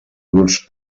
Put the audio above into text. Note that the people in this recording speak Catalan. grups